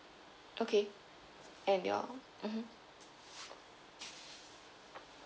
okay and your mmhmm